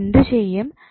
നമ്മൾ എന്ത് ചെയ്യും